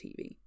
TV